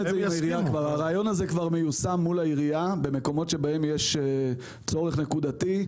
הרעיון הזה כבר מיושם מול העירייה במקומות בהם יש צורך נקודתי.